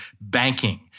banking